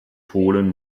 polen